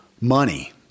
money